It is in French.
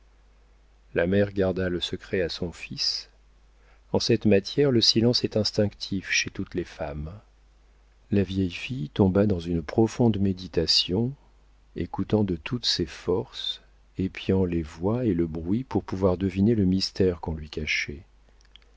la mère garda le secret à son fils en cette matière le silence est instinctif chez toutes les femmes la vieille fille tomba dans une profonde méditation écoutant de toutes ses forces épiant les voix et le bruit pour pouvoir deviner le mystère qu'on lui cachait